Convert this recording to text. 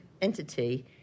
entity